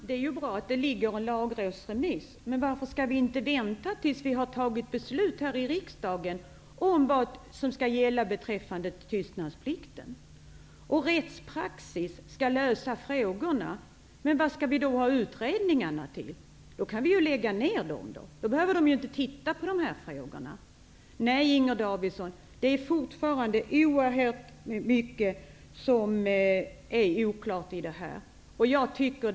Herr talman! Svaret är att denna verksamhet redan pågår. Det är bättre att förtydliga och klarlägga det som går redan nu än att avvakta tills allting är färdigt. Man kan naturligtvis vänta med att köra in på en väg därför att man tycker det finns vissa gupp på den. Men man kan i stället välja att köra in på den och samtidigt se till att någon undanröjer guppen.